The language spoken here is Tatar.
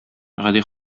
гади